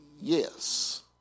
yes